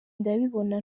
ndabibona